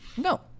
No